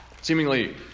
seemingly